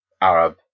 Arab